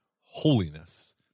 holiness